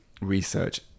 research